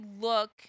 look